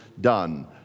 done